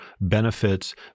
benefits